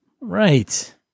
Right